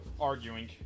arguing